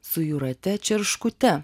su jūrate čerškute